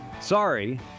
Sorry